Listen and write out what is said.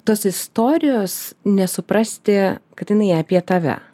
tos istorijos nesuprasti kad jinai apie tave